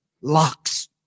Locks